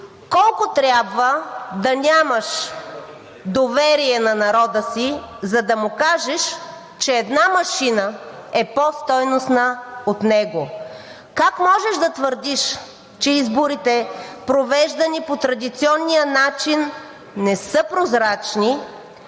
Колко трябва да нямаш доверие на народа си, за да му кажеш, че една машина е по-стойността от него? Как можеш да твърдиш, че изборите, провеждани по традиционния начин, не са прозрачни